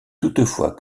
toutefois